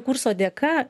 kurso dėka